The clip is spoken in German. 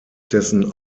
dessen